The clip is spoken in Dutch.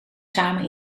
samen